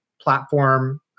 platform